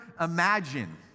imagine